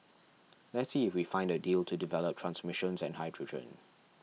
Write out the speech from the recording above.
let's see if we find a deal to develop transmissions and hydrogen